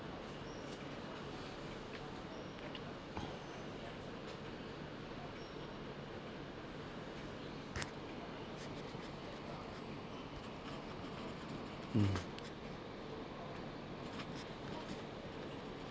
mm